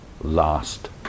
last